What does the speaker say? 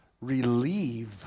relieve